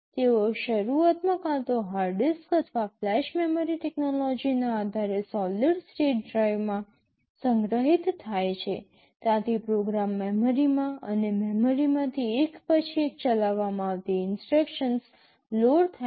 તેઓ શરૂઆતમાં કાં તો હાર્ડ ડિસ્ક અથવા ફ્લેશ મેમરી ટેક્નોલોજીના આધારે સોલિડ સ્ટેટ ડ્રાઇવમાં સંગ્રહિત થાય છે ત્યાંથી પ્રોગ્રામ મેમરીમાં અને મેમરીમાંથી એક પછી એક ચલાવવામાં આવતી ઇન્સટ્રક્શન્સ લોડ થાય છે